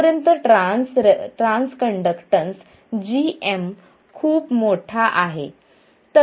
जोपर्यंत transconductance gm खूप मोठा आहे